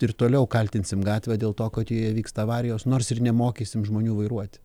ir toliau kaltinsim gatvę dėl to kad joje vyksta avarijos nors ir nemokysim žmonių vairuoti